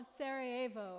Sarajevo